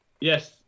Yes